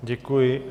Děkuji.